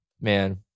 man